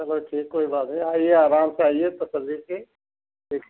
चलो ठीक कोई बात नहीं आइए आराम से आइए तसल्ली से ठीक